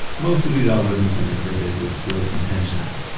most of these algorithms have been created with good intentions.